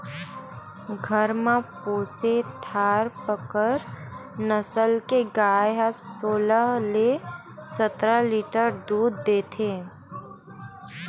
घर म पोसे थारपकर नसल के गाय ह सोलह ले सतरा लीटर दूद देथे